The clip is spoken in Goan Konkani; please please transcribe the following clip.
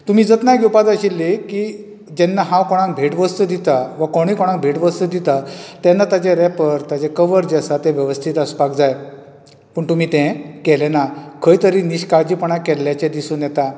तुमी जतनाय घेवपाक जाय आशिल्ली की जेन्ना हांव कोणाक भेट वस्तू दिता वा कोणूय कोणाक भेट वस्तू दिता तेन्ना ताजे रॅपर ताजे कवर जे आसता तें वेवस्थीत आसपाक जाय पूण तुमी तें केले ना खंय तरी निश्काळजीपणां केल्याचे दिसून येता